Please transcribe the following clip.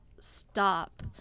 Stop